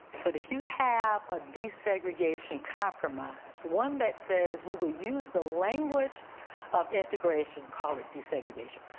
but if you have a desegregation compromised, one that says we will use the language of integration, called it desegregation.